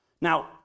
Now